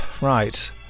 Right